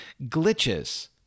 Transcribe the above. glitches